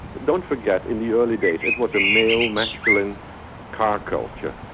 don't forget, in the early days it was a male, masculine car culture,